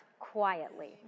Quietly